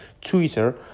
Twitter